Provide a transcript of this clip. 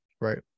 Right